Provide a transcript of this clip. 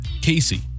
Casey